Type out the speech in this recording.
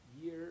year